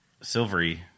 silvery